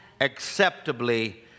acceptably